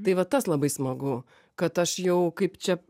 tai va tas labai smagu kad aš jau kaip čia